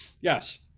Yes